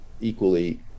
equally